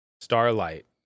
Starlight